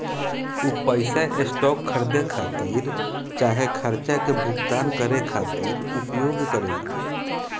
उ पइसा स्टॉक के खरीदे खातिर चाहे खर्चा के भुगतान करे खातिर उपयोग करेला